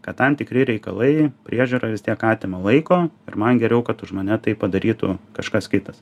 kad tam tikri reikalai priežiūra vis tiek atima laiko ir man geriau kad už mane tai padarytų kažkas kitas